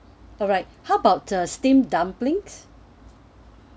alright how about the steamed dumplings